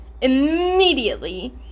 immediately